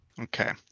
Okay